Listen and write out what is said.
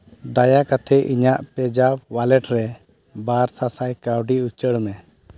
ᱫᱟᱭᱟ ᱠᱟᱛᱮ ᱤᱧᱟᱹᱜ ᱯᱮᱡᱟᱯ ᱚᱣᱟᱞᱮᱴ ᱨᱮ ᱵᱟᱨ ᱥᱟᱥᱟᱭ ᱠᱟᱹᱣᱰᱤ ᱩᱪᱟᱹᱲ ᱢᱮ